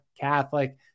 Catholic